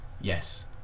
yes